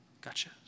Gotcha